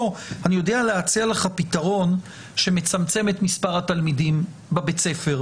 אני יודע להציע פתרון שמצמצם את מספר התלמידים בבית הספר,